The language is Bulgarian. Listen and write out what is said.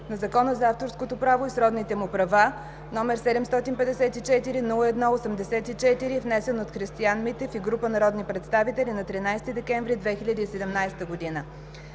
на Закона за авторското право и сродните му права, № 754-01-84, внесен от Христиан Митев и група народни представители на 13 декември 2017 г.